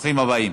ברוכים הבאים.